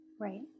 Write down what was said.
Right